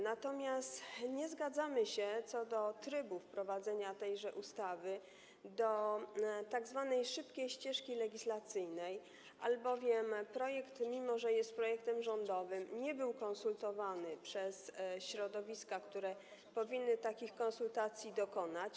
Natomiast nie zgadzamy się co do trybu wprowadzenia tejże ustawy, co do tzw. szybkiej ścieżki legislacyjnej, albowiem projekt, mimo że jest projektem rządowym, nie był konsultowany przez środowiska, które powinny takich konsultacji dokonać.